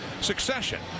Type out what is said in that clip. Succession